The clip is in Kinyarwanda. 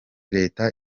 leta